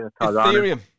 Ethereum